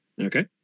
Okay